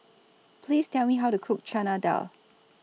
Please Tell Me How to Cook Chana Dal